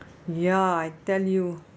ya I tell you